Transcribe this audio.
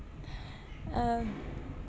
uh